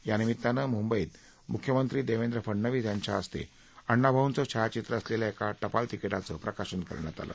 या निमित्तानं मुंबईत मुख्यमंत्री देवेंद्र फडनवीस यांच्या हस्ते अण्णाभाऊंचं छायाचित्र असलेल्या एका टपाल तिकीटाचं प्रकाशन करण्यात आलं